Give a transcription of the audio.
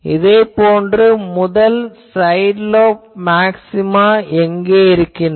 இதே போன்று முதல் சைடு லோப் மேக்ஸ்சிமா எங்கு இருக்கிறது